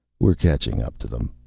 we're catching up to them,